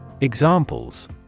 Examples